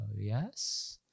Yes